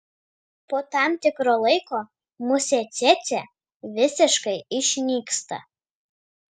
po tam tikro laiko musė cėcė visiškai išnyksta